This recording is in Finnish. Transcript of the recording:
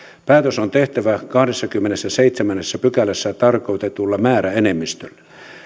päätös on tehtävä kahdennessakymmenennessäseitsemännessä pykälässä tarkoitetulla määräenemmistöllä